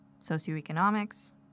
socioeconomics